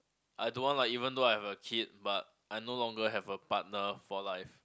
I don't want like even though I have a kid but I no longer have a partner for life